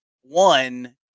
One